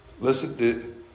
Listen